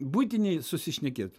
buitiniai susišnekėt